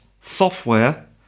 software